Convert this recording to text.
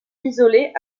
isolée